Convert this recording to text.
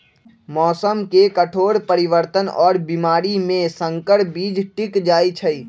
मौसम के कठोर परिवर्तन और बीमारी में संकर बीज टिक जाई छई